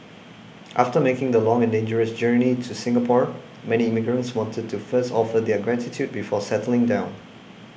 after making the long and dangerous journey to Singapore many immigrants wanted to first offer their gratitude before settling down